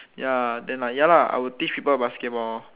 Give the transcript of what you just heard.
ya then like ya lah I will teach people basketball